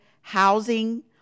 housing